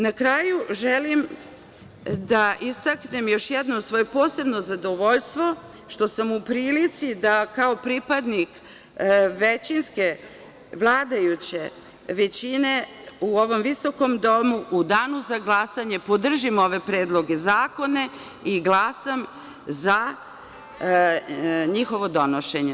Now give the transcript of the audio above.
Na kraju, želim da istaknem još jednom svoje posebno zadovoljstvo, što sam u prilici da kao pripadnik većinske, vladajuće većine, u ovom visokom Domu, u danu za glasanje podržim ove predloge zakona i glasam za njihovo donošenje.